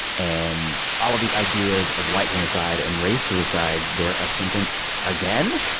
and all of these ideas of white genocide and race suicide they're ascendant again.